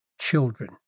children